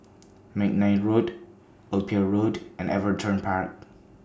Mcnair Road Old Pier Road and Everton Park